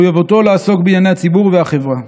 מחויבותו לעסוק בענייני הציבור והחברה,